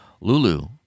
Lulu